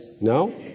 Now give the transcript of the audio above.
No